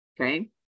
okay